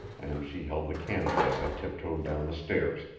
and she held the candle as i tiptoed down the stairs,